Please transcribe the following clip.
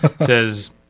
says